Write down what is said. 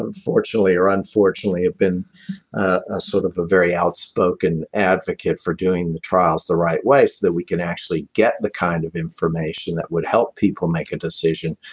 um fortunately or unfortunately, i've been a sort of a very outspoken advocate for doing the trials the right way so that we can actually get the kind of information that would help people make a decision.